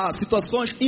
situações